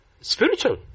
spiritual